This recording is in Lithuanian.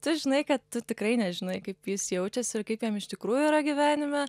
tu žinai kad tu tikrai nežinai kaip jis jaučiasi ir kaip jam iš tikrųjų yra gyvenime